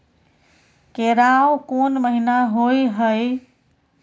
केराव कोन महीना होय हय?